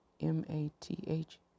M-A-T-H